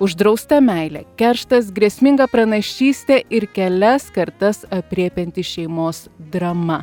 uždrausta meilė kerštas grėsminga pranašystė ir kelias kartas aprėpianti šeimos drama